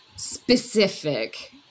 specific